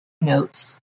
notes